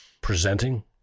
presenting